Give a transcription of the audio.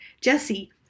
Jesse